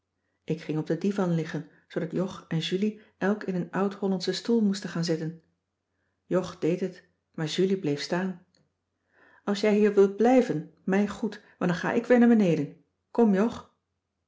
ik ging op den divan liggen zoodat jog en julie elk in een oud hollandschen stoel moesten gaan zitten jog deed het maar julie bleef staan als jij hier wilt blijven mij goed maar dan ga ik weer naar beneden kom jog